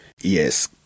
Yes